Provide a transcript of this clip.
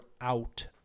out